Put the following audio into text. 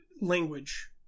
language